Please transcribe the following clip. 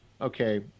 okay